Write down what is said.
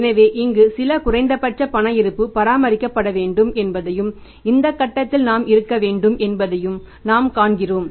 எனவே இங்கு சில குறைந்தபட்ச பண இருப்பு பராமரிக்கப்பட வேண்டும் என்பதையும் இந்த கட்டத்தில் நாம் இருக்க வேண்டும் என்பதையும் நாம் காண்கிறோம்